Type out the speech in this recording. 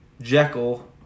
Jekyll